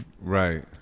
Right